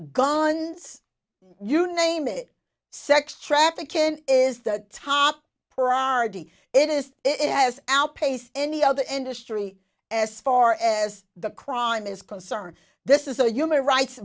gone you name it sex trafficking is the top priority it is it has outpaced any other industry as far as the crime is concerned this is a human rights